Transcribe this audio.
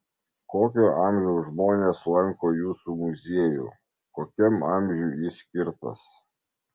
kokio amžiaus žmonės lanko jūsų muziejų kokiam amžiui jis skirtas